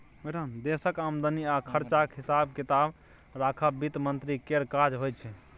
देशक आमदनी आ खरचाक हिसाब किताब राखब बित्त मंत्री केर काज होइ छै